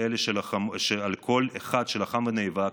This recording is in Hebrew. על כל אחד שלחם ונאבק,